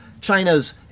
China's